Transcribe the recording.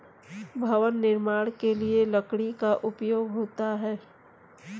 भवन निर्माण के लिए लकड़ी का उपयोग होता है